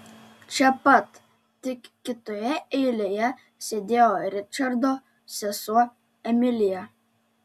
čia pat tik kitoje eilėje sėdėjo ričardo sesuo emilija